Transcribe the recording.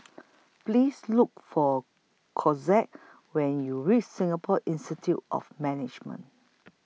Please Look For Cortez when YOU REACH Singapore Institute of Management